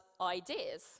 ideas